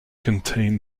contain